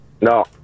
No